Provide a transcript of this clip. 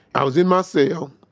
i was in my cell.